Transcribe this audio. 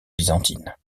byzantine